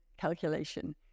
calculation